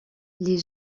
les